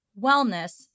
wellness